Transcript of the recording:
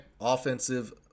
offensive